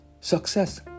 success